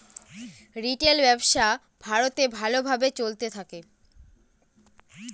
retail ব্যবসা ভারতে ভালো ভাবে চলতে থাকে